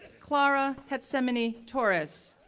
clara getsemani torres,